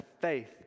faith